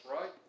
right